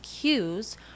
cues